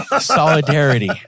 Solidarity